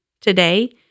Today